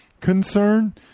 concern